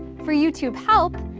for youtube help,